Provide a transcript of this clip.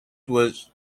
was